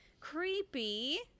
creepy